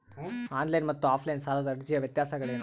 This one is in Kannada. ಆನ್ ಲೈನ್ ಮತ್ತು ಆಫ್ ಲೈನ್ ಸಾಲದ ಅರ್ಜಿಯ ವ್ಯತ್ಯಾಸಗಳೇನು?